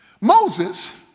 Moses